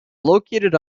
located